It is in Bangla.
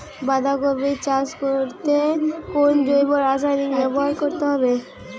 বাঁধাকপি চাষ করতে কোন জৈব রাসায়নিক ব্যবহার করতে হবে?